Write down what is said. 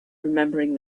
remembering